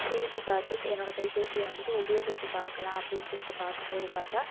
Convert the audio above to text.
பிரித்து பார்த்து க என்னோடய கைப்பேசியை வந்துட்டு உபயோகிச்சு பார்க்கலாம் அப்படின் சொல்லிட்டு பார்க்கும் போது பார்த்தா